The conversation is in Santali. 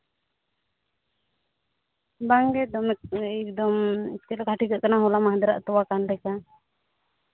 ᱵᱟᱝᱜᱮ ᱫᱚᱢᱮ ᱮᱠᱫᱚᱢ ᱪᱮᱫᱞᱮᱠᱟ ᱴᱷᱤᱠᱟᱹᱜ ᱠᱟᱱᱟ ᱦᱚᱞᱟ ᱢᱟᱦᱫᱮᱨᱟᱜ ᱛᱚᱣᱟ ᱠᱟᱱ ᱞᱮᱠᱟ